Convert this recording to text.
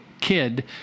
kid